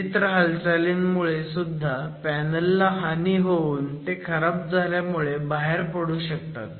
विचित्र हालचालींमुळे सुद्धा पॅनलला हानी होऊन ते खराब झाल्यामुळे बाहेर पडू शकतात